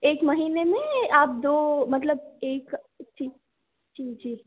एक महीने में आप दो मतलब एक जी जी जी